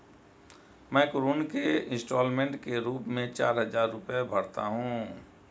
मैं ऋण के इन्स्टालमेंट के रूप में चार हजार रुपए भरता हूँ